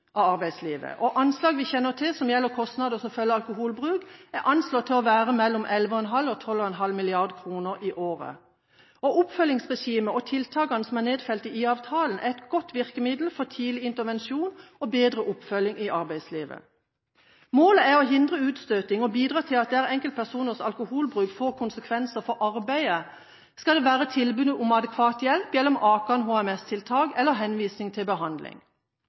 av arbeidslivet. Anslag vi kjenner til som gjelder kostnader som følge av alkoholbruk, beløper seg til mellom 11,5 mrd. kr og 12,5 mrd. kr i året. Oppfølgingsregimet og tiltakene som er nedfelt i IA-avtalen er et godt virkemiddel for tidlig intervensjon og bedre oppfølging i arbeidslivet. Målet er å hindre utstøting og bidra til at enkeltpersoners alkoholbruk får konsekvenser for arbeidet: Skal det være tilbud om adekvat hjelp gjennom AKAN/HMS-tiltak eller henvisning til behandling?